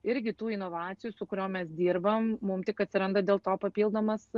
irgi tų inovacijų su kuriom mes dirbam mum tik atsiranda dėl to papildomas